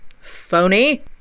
phony